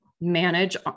manage